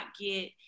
get